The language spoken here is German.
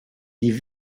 die